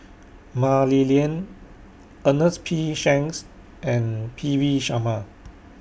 Mah Li Lian Ernest P Shanks and P V Sharma